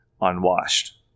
unwashed